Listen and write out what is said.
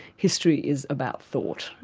history is about thought,